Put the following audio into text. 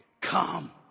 come